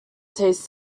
tastes